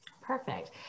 Perfect